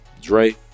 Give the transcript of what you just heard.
Dre